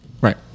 Right